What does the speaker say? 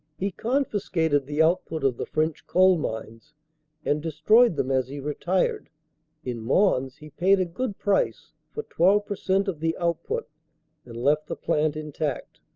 he confiscated the output of the french coal mines and destroyed them as he retired in mons he paid a good price for twelve percent of the output and left the plant intact.